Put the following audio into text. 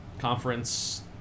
Conference